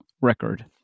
record